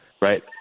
right